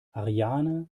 ariane